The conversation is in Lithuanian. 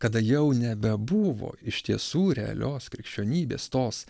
kada jau nebebuvo iš tiesų realios krikščionybės tos